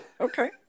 Okay